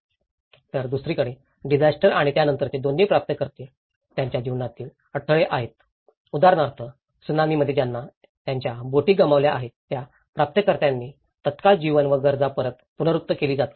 तर दुसरीकडे डिजास्टर आणि त्यानंतरचे दोन्ही प्राप्तकर्ते त्यांच्या जीवनातील अडथळे आहेत उदाहरणार्थ त्सुनामीमध्ये ज्यांना त्यांच्या बोटी गमावल्या आहेत त्या प्राप्तकर्त्यांनी तात्काळ जीवन व गरजा परत पूर्ववत केली आहे